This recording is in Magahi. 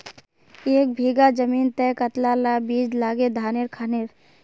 एक बीघा जमीन तय कतला ला बीज लागे धानेर खानेर?